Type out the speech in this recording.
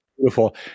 beautiful